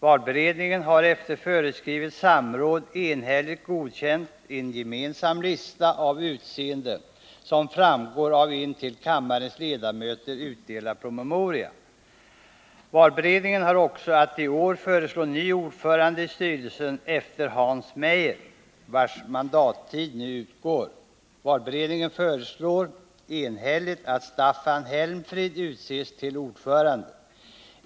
Valberedningen har efter föreskrivet samråd enhälligt godkänt en gemensam lista av utseende som framgår av en till kammarens ledamöter utdelad promemoria. Valberedningen har också att i år föreslå ny ordförande i styrelsen efter Hans Meijer, vars mandattid nu utgår. Valberedningen föreslår enhälligt att Staffan Helmfrid utses till ordförande.